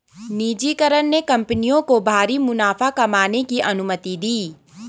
निजीकरण ने कंपनियों को भारी मुनाफा कमाने की अनुमति दी